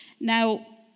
Now